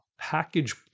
package